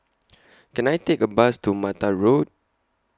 Can I Take A Bus to Mattar Road